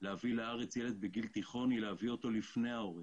להביא לארץ ילד בגיל תיכון היא להביא אותו לפני ההורים.